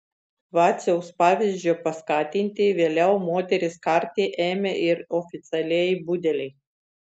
vaciaus pavyzdžio paskatinti vėliau moteris karti ėmė ir oficialieji budeliai